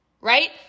right